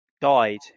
died